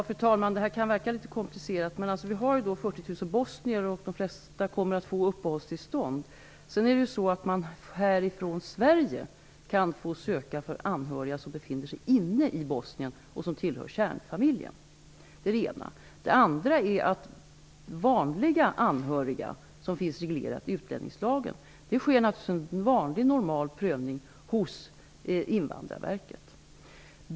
Fru talman! Det här kan verka litet komplicerat. Vi har här 40 000 bosnier, och de flesta av dem kommer att få uppehållstillstånd. Sedan kan man härifrån Sverige söka för anhöriga som befinner sig inne i Bosnien och som tillhör kärnfamiljen. När det gäller vanliga anhöriga sker en vanlig, normal prövning hos Invandrarverket, och detta finns reglerat i utlänningslagen.